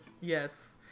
Yes